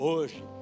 Hoje